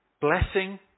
blessing